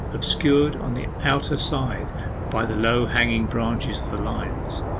obscured on the outer side by the low hanging branches of the limes,